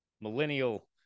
millennial